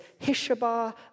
Hishabah